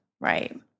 Right